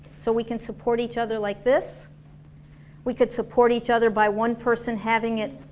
so we can support each other like this we could support each other by one person having it